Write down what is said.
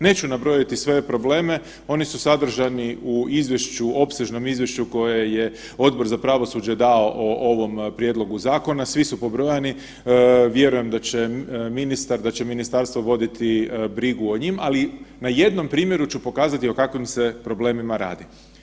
Neću nabrojati sve probleme, oni su sadržani u izvješću, opsežnom izvješće koje je Odbor za pravosuđe dao o ovom prijedlogu zakona, svi su pobrojani, vjerujem da će ministar, da će ministarstvo voditi brigu o njima, ali na jednom primjeru ću pokazati o kakvim se problemima radi.